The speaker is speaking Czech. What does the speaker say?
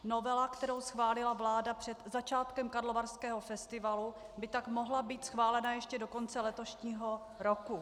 Novela, kterou schválila vláda začátkem Karlovarského festivalu, by tak mohla být schválena ještě do konce letošního roku.